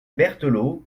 berthelot